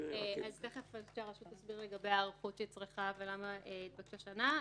תיכף הרשות תסביר לגבי ההיערכות שהיא צריכה ולמה היא ביקשה שנה.